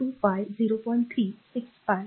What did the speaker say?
3 6 pi 0